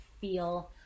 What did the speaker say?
feel